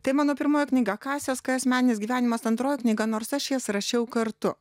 tai mano pirmoji knyga kasios k asmeninis gyvenimas antroji knyga nors aš jas rašiau kartu